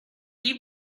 you